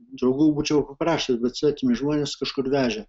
draugų būčiau paprašęs bet svetimi žmonės kažkur vežė